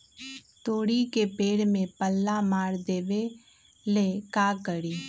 तोड़ी के पेड़ में पल्ला मार देबे ले का करी?